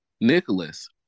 Nicholas